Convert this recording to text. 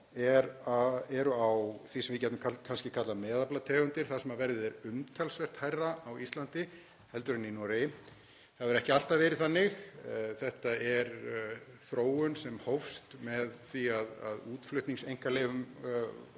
á eru á því sem við gætum kannski kallað meðaflategundir þar sem verðið er umtalsvert hærra á Íslandi heldur en í Noregi. Það hefur ekki alltaf verið þannig. Þetta er þróun sem hófst með því að útflutningseinkaleyfum